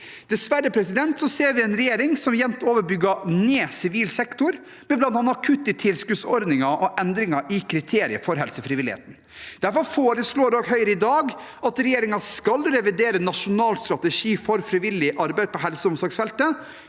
Dessverre ser vi en regjering som jevnt over bygger ned sivil sektor, med bl.a. kutt i tilskuddsordninger og endringer i kriterier for helsefrivilligheten. Derfor foreslår Høyre i dag at regjeringen skal revidere nasjonal strategi for frivillig arbeid på helse- og omsorgsfeltet